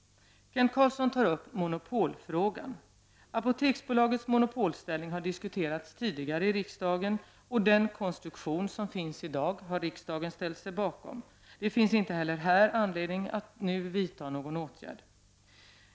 Kent Carlsson tar upp monopolfrågan. Apoteksbolagets monopolställning har diskuterats tidigare i riksdagen och den konstruktion som finns i dag har riksdagen ställt sig bakom. Det finns inte heller här anledning att nu vidta någon åtgärd.